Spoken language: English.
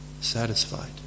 satisfied